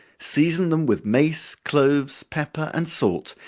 season them with mace, cloves, pepper, and salt,